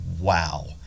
Wow